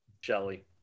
Shelly